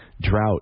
drought